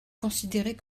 considérées